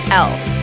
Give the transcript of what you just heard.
else